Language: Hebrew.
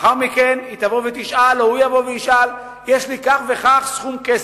לאחר מכן היא תשאל: יש לי כך וכך כסף,